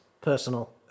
personal